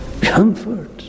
comfort